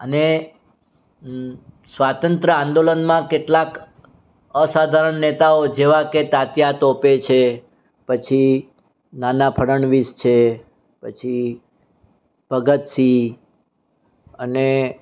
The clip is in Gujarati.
અને સ્વાતંત્ર્ય આંદોલનમાં કેટલાક અસાધારણ નેતાઓ જેવા કે તાત્યા તોપે છે પછી નાના ફડણવીસ છે પછી ભગતસિંહ અને